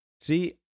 See